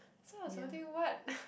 so I was wondering what